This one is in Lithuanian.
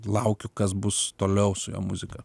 laukiu kas bus toliau su jo muzika